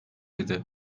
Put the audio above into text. idi